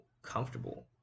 comfortable